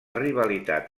rivalitat